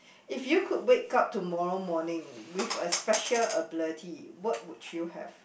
if you could wake up tomorrow morning with a special ability what would you have